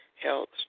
health